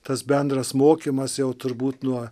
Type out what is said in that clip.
tas bendras mokymas jau turbūt nuo